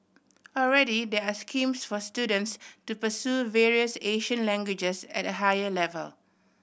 already there are schemes for students to pursue various Asian languages at a higher level